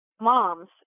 moms